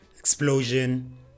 explosion